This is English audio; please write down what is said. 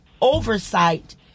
oversight